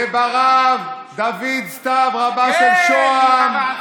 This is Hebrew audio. וברב דוד סתיו, רבה של שוהם.